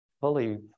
fully